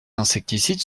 insecticides